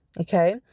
Okay